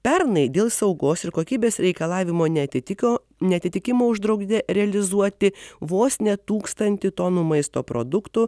pernai dėl saugos ir kokybės reikalavimų neatitiko neatitikimų uždraudė realizuoti vos ne tūkstantį tonų maisto produktų